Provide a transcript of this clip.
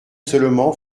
seulement